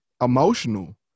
emotional